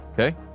Okay